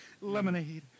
Lemonade